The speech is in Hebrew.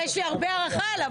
יש לי הרבה הערכה אליו,